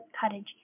cottage